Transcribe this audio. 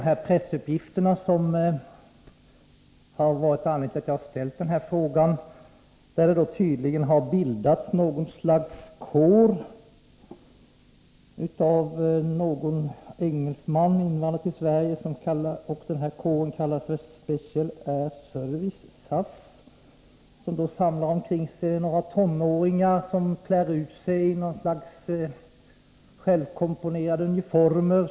De pressuppgifter som givit anledning till att jag ställt den här frågan ger vid handen att en engelsman, invandrad till Sverige, tydligen har bildat något slags kår, som kallas Special Air Service, SAS, där han samlar omkring sig tonåringar som klär sig i något slags självkomponerade uniformer.